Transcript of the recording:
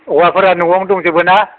औवाफोरा न'आवनो दंजोबो ना